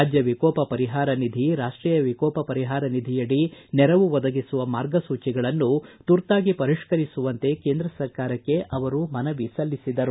ರಾಜ್ಯ ವಿಕೋಪ ಪರಿಹಾರ ನಿಧಿ ರಾಷ್ಲೀಯ ವಿಕೋಪ ಪರಿಹಾರ ನಿಧಿಯಡಿ ನೆರವು ಒದಗಿಸುವ ಮಾರ್ಗಸೂಚಿಗಳನ್ನು ತುರ್ತಾಗಿ ಪರಿಷ್ಠರಿಸುವಂತೆ ಕೇಂದ್ರ ಸರ್ಕಾರಕ್ಕೆ ಅವರು ಮನವಿ ಸಲ್ಲಿಸಿದರು